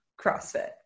CrossFit